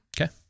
Okay